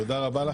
תודה רבה,